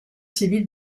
civil